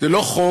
זה לא חוק